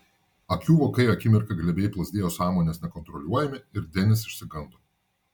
akių vokai akimirką glebiai plazdėjo sąmonės nekontroliuojami ir denis išsigando